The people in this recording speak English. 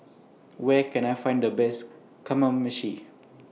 Where Can I Find The Best Kamameshi